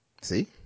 See